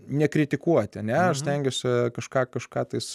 nekritikuoti ane aš stengiuosi kažką kažką tais